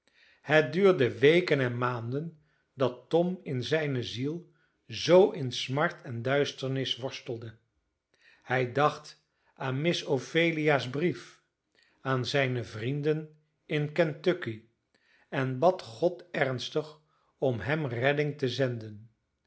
het duurde weken en maanden dat tom in zijne ziel zoo in smart en duisternis worstelde hij dacht aan miss ophelia's brief aan zijne vrienden in kentucky en bad god ernstig om hem redding te zenden